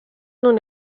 non